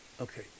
Okay